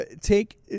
Take